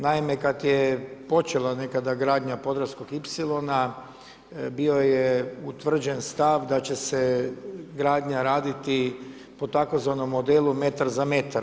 Naime, kada je počela nekada gradnja Podravskog ipsilona, bio je utvrđen stav da će se gradnja raditi po tzv. modelu metar za metar.